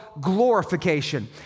glorification